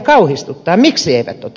miksi eivät ota